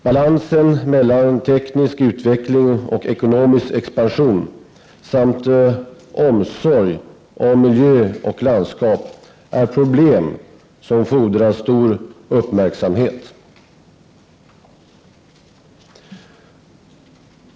Balansen mellan teknisk utveckling och ekonomisk expansion samt omsorg om miljö och landskap är problem som fordrar stor uppmärksamhet.